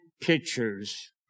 pictures